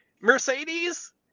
Mercedes